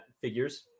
figures